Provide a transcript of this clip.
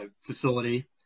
facility